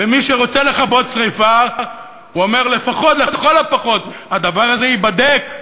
מי שרוצה לכבות שרפה אומר לכל הפחות שהדבר הזה ייבדק,